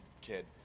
kid